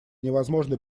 невозможно